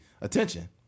attention